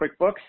QuickBooks